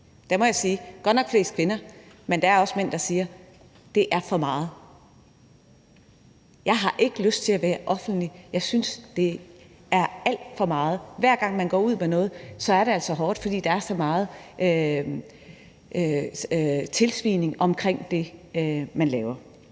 Jeg må sige, at det godt nok mest er kvinder, men der er også mænd, der siger, at det er for meget; jeg har ikke lyst til at være offentlig, og jeg synes, at det er alt for meget. Hver gang man går ud med noget, er det altså hårdt, for der er så meget tilsvining omkring det, man laver.